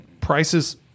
Prices